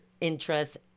interests